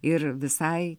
ir visai